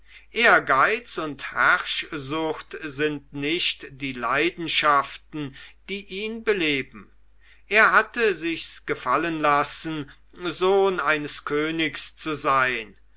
ehrgeiz und herrschsucht sind nicht die leidenschaften die ihn beleben er hatte sich's gefallen lassen sohn eines königs zu sein